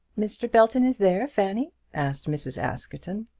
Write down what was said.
mr. belton is there, fanny? asked mrs. askerton.